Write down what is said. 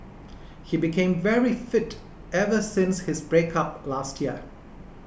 he became very fit ever since his breakup last year